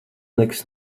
nekas